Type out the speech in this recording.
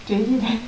தெரியல:theriyala